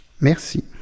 Merci